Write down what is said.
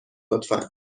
لطفا